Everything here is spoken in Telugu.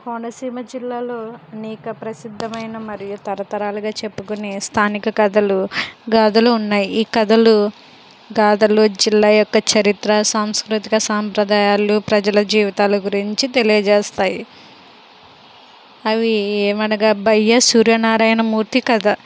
కోనసీమ జిల్లాలో అనేక ప్రసిద్ధమైన మరియు తరతరాలుగా చెప్పుకునే స్థానిక కథలు గాథలు ఉన్నాయి ఈ కథలు గాథలు జిల్లా యొక్క చరిత్ర సాంస్కృతిక సాంప్రదాయాలు ప్రజల జీవితాలు గురించి తెలియజేస్తాయి అవి ఏమనగా బయ్యా సూర్యనారాయణ మూర్తి కథ